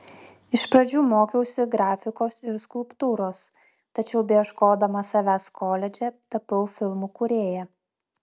iš pradžių mokiausi grafikos ir skulptūros tačiau beieškodama savęs koledže tapau filmų kūrėja